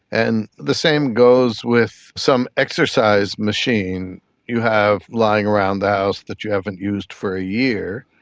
and the same goes with some exercise machine you have lying around the house that you haven't used for a year,